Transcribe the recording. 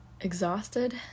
exhausted